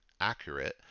accurate